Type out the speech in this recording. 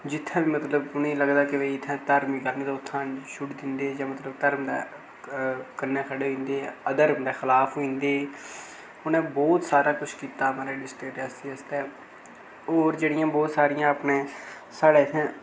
जित्थें मतलब उ'नेंगी लगदा हा कि भाई इत्थें धार्मक कम्म ऐ उत्थें छुड़ी दिंदे हे धर्म दे कन्नै खड़े होई जंदे हे अधर्म दे खलाफ होई जंदे हे उ'नें बौह्त सारा किश कीता महाराज डिस्टिक रियासी आस्तै होर जेह्ड़ियां बौह्त सारियां अपने साढ़ा इत्थें